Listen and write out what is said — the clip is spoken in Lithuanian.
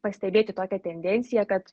pastebėti tokią tendenciją kad